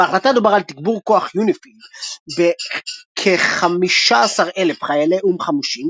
בהחלטה דובר על תגבור כוח יוניפי"ל בכ־15,000 חיילי או"ם חמושים